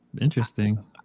Interesting